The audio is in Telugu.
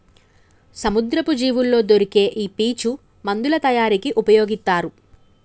సముద్రపు జీవుల్లో దొరికే ఈ పీచు మందుల తయారీకి ఉపయొగితారు